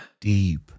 deep